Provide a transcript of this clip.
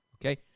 Okay